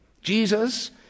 Jesus